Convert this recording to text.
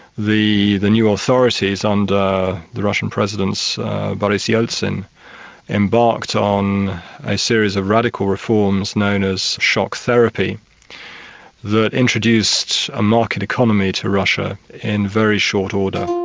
the the new authorities under the russian president boris yeltsin embarked on a series of radical reforms known as shock therapy that introduced a market economy to russia in very short order.